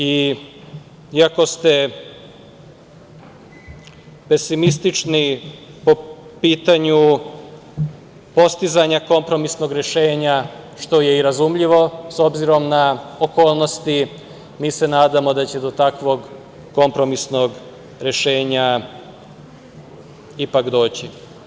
Iako ste pesimistični po pitanju postizanja kompromisnog rešenja, što je i razumljivo, s obzirom na okolnosti, mi se nadamo da će do takvog kompromisnog rešenja ipak doći.